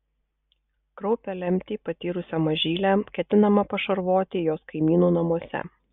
kraupią lemtį patyrusią mažylę ketinama pašarvoti jos kaimynų namuose